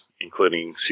including